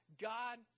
God